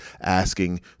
asking